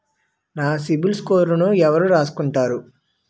నా సిబిల్ స్కోరును ఎవరు రాసుకుంటారు